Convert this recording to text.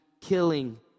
killing